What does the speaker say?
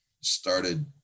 started